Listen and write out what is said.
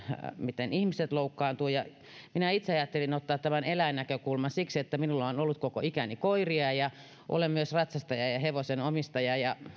miten ihmiset loukkaantuvat minä itse ajattelin ottaa tämän eläinnäkökulman siksi että minulla on ollut koko ikäni koiria ja olen myös ratsastaja ja ja hevosenomistaja ja